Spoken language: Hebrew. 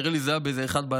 זה היה ב-01:00,